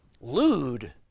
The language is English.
lewd